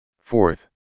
Fourth